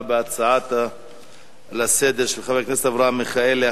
בהצעה לסדר-היום של חבר הכנסת אברהם מיכאלי,